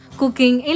cooking